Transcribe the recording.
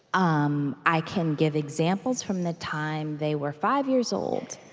um i can give examples from the time they were five years old,